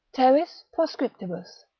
terris proscriptus,